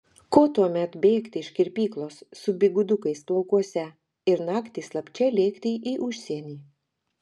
ko tuomet bėgti iš kirpyklos su bigudukais plaukuose ir naktį slapčia lėkti į užsienį